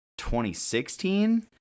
2016